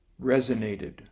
resonated